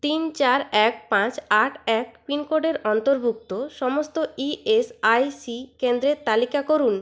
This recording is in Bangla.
তিন চার এক পাঁচ আট এক পিন কোডের অন্তর্ভুক্ত সমস্ত ইএসআইসি কেন্দ্রের তালিকা করুন